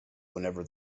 whenever